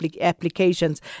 applications